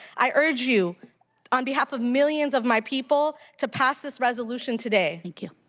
i urge you on behalf of millions of my people, to pass this resolution today. thank you.